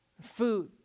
Food